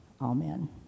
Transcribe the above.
Amen